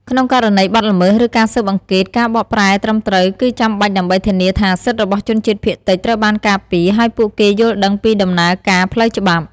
ក្នុងករណីបទល្មើស ឬការស៊ើបអង្កេត ការបកប្រែត្រឹមត្រូវគឺចាំបាច់ដើម្បីធានាថាសិទ្ធិរបស់ជនជាតិភាគតិចត្រូវបានការពារ ហើយពួកគេយល់ដឹងពីដំណើរការផ្លូវច្បាប់។